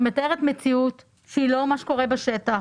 את מתארת מציאות שהיא לא מה שקורה בשטח.